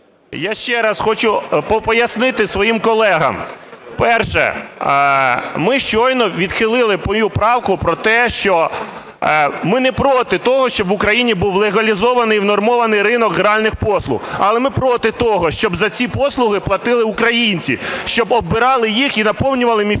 Я ще раз хочу пояснити своїм колегам. По-перше, ми щойно відхилили мою правку про те, щоб в Україні був легалізований і внормований ринок гральних послуг. Але ми проти того, щоб за ці послуги платили українці, щоб оббирали їх і наповнювали міфічними